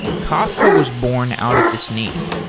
kafka was born out of this need.